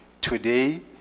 today